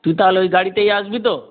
তুই তাহলে ওই গাড়িতেই আসবি তো